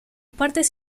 partes